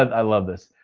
and i love this.